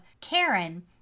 Karen